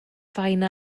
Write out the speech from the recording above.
fine